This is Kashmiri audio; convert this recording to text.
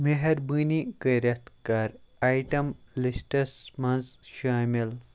میٚہربٲنی کٔرِتھ کَر آیٹم لِسٹَس منٛز شٲمِل